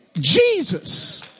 Jesus